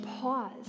pause